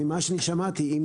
ממה ששמעתי,